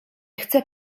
chcę